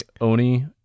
Oni